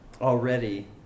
already